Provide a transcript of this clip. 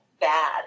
bad